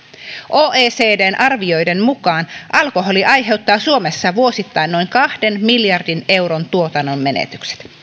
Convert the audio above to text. oecdn arvioiden mukaan alkoholi aiheuttaa suomessa vuosittain noin kahden miljardin euron tuotannonmenetykset